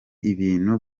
ibintu